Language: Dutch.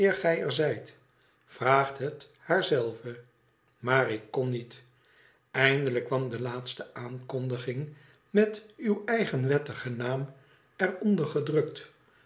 vraagt het haar zelve nuiar ik kon niet eindelijk kwam de laatste aankondiging met uw eigen wettigen naam er onder gedrukt